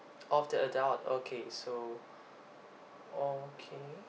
of the adult okay so okay